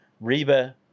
Reba